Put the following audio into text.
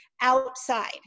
outside